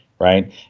right